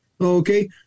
okay